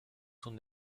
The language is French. son